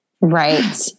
Right